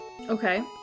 Okay